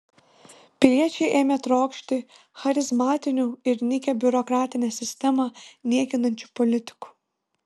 piliečiai ėmė trokšti charizmatinių ir nykią biurokratinę sistemą niekinančių politikų